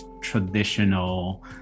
traditional